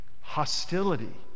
Hostility